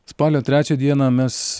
spalio trečią dieną mes